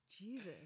Jesus